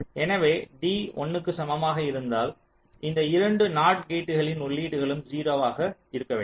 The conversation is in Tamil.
எனவே d 1 க்கு சமமாக இருந்தால் இந்த இரண்டு நாட் கேட்களின் உள்ளீடுகளும் 0 ஆக இருக்க வேண்டும்